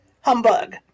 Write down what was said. Humbug